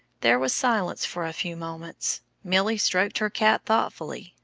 there was silence for a few moments. milly stroked her cat thoughtfully,